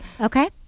Okay